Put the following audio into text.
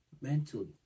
Mentally